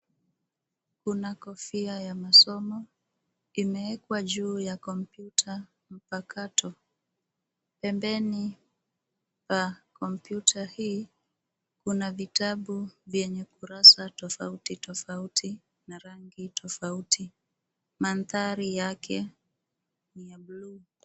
Kuna kofia ya masomo imewekwa juu ya kompyuta mpakato pembeni pa kompyuta hii kuna vitabu vyenye kurasa tofauti tofauti mandhari yake ni ya buluu.